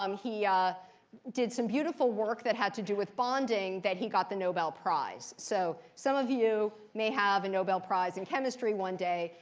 um he did some beautiful work that had to do with bonding that he got the nobel prize. so some of you may have a nobel prize in chemistry one day.